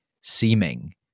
seeming